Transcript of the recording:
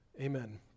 Amen